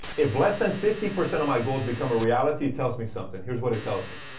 if less than fifty percent of my goals become a reality, it tells me something. here's what it tells me.